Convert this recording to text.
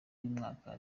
y’umwaka